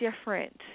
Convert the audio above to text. different